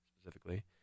specifically